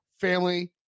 family